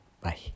bye